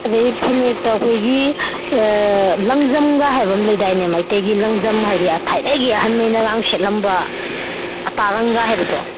ꯑꯗꯒꯤ ꯐꯅꯦꯛꯇ ꯑꯩꯈꯣꯏꯒꯤ ꯂꯪꯖꯝꯒ ꯍꯥꯏꯕ ꯑꯃ ꯂꯩꯗꯥꯏꯅꯦ ꯃꯩꯇꯩꯒꯤ ꯂꯪꯖꯝ ꯍꯥꯏꯗꯤ ꯑꯥ ꯊꯥꯏꯅꯉꯩꯒꯤ ꯑꯍꯟꯈꯩꯅꯒ ꯁꯦꯠꯂꯝꯕ ꯑꯇꯥꯔꯪꯒ ꯍꯥꯏꯕꯗꯣ